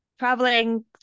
traveling